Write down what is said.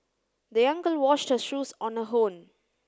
the young girl washed her shoes on her own